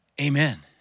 Amen